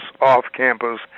off-campus